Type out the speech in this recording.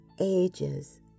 ages